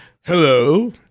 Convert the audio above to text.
hello